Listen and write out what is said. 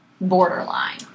borderline